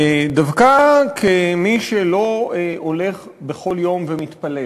דווקא כמי שלא הולך בכל יום ומתפלל